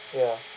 ya